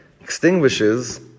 extinguishes